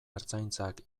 ertzaintzak